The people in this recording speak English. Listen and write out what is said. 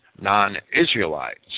non-Israelites